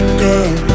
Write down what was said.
girl